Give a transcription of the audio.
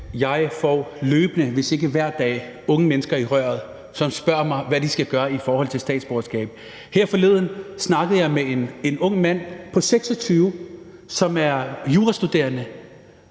Jeg får løbende, hvis ikke hver dag, unge mennesker i røret, som spørger mig, hvad de skal gøre i forhold til statsborgerskab. Her forleden snakkede jeg med en ung mand på 26 år, som er jurastuderende,